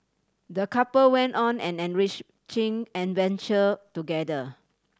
the couple went on an enrich adventure together